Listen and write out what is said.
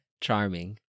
Charming